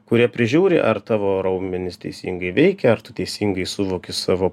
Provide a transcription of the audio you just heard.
kurie prižiūri ar tavo raumenys teisingai veikia ar tu teisingai suvoki savo